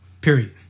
Period